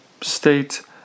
state